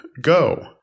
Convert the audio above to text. Go